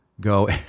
go